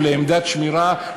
או לעמדת שמירה,